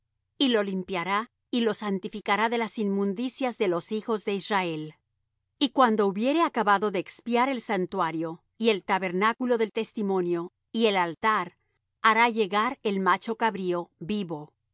y lo limpiará y lo santificará de las inmundicias de los hijos de israel y cuando hubiere acabado de expiar el santuario y el tabernáculo del testimonio y el altar hará llegar el macho cabrío vivo